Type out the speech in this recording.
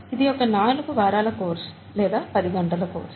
ఇది ఒక నాలుగు వారాల కోర్స్ లేదా పది గంటల కోర్స్